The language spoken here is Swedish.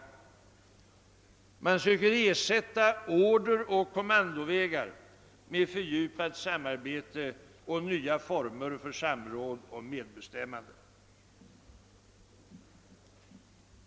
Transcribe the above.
Man försöker ersätta order och kommandovägar med fördjupat samarbete och nya former för samråd och medbestämmande.